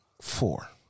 Four